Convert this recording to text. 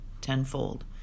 tenfold